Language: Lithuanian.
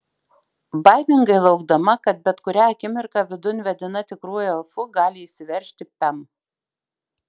baimingai laukdama kad bet kurią akimirką vidun vedina tikruoju elfu gali įsiveržti pem